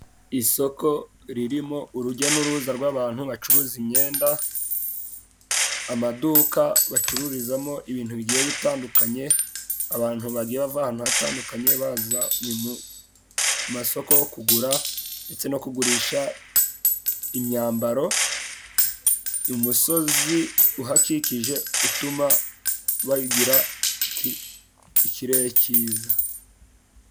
Isoko ririmo urujya n'uruza rw'abantu bacuruza imyenda, amaduka bacururizamo ibintu bigiye bitandukanye, abantu bagiye bava ahantu hagiye hatandukanye, bazanywe mu masoko kugura ndetse no kugurisha imyambaro, umusozi uhakikije utuma bagira ikirere cyiza.